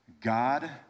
God